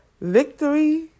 Victory